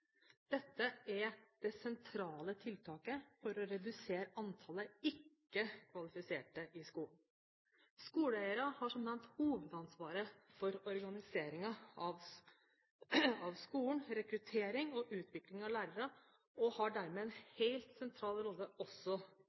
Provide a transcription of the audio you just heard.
Dette er det sentrale tiltaket for å redusere antallet ikke-kvalifiserte i skolen. Skoleeiere har som nevnt hovedansvaret for organiseringen av skolen, rekruttering og utvikling av lærere og har dermed en helt sentral rolle også